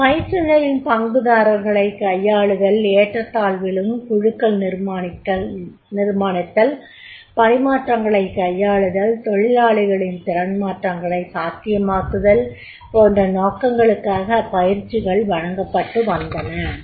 ஒரு பயிற்றுனரின் பங்கு பங்குதாரர்களைக் கையாளுதல் ஏற்றத்தாழ்விலும் குழுக்களை நிர்மாணித்தல் பரிமாற்றங்களைக் கையாளுதல் தொழிலாளிகளின் திறன் மாற்றங்களை சாத்தியமாக்குதல் போன்ற நோக்கங்களுக்காக பயிற்சிகள் வழங்கப் பட்டுவந்தன